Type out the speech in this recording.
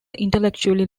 intellectually